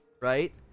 Right